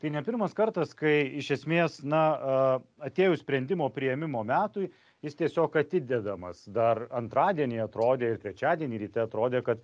tai ne pirmas kartas kai iš esmės na atėjus sprendimo priėmimo metui jis tiesiog atidedamas dar antradienį atrodė ir trečiadienį ryte atrodė kad